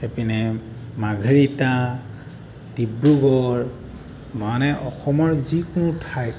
এইপিনে মাৰ্ঘেৰিটা ডিব্ৰুগড় মানে অসমৰ যিকোনো ঠাইত